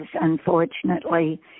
unfortunately